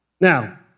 Now